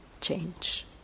change